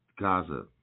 Gaza